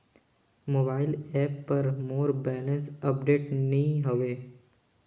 mobile app पर मोर balance update नई हवे